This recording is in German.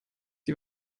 die